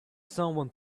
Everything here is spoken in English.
someone